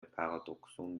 paradoxon